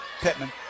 Pittman